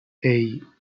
hey